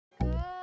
Good